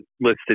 listed